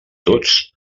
tots